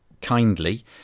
kindly